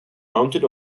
mounted